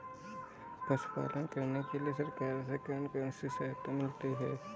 पशु पालन करने के लिए सरकार से कौन कौन सी सहायता मिलती है